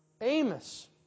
Amos